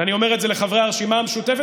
ואני אומר את זה לחברי הרשימה המשותפת,